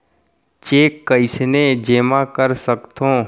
Cheque कईसने जेमा कर सकथो?